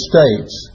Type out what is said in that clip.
States